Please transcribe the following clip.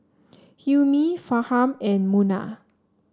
Hilmi Farhan and Munah